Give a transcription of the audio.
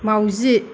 माउजि